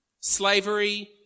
Slavery